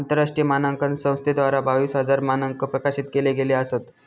आंतरराष्ट्रीय मानांकन संस्थेद्वारा बावीस हजार मानंक प्रकाशित केले गेले असत